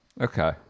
Okay